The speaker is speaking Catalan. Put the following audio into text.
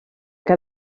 que